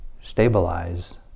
stabilize